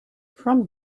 from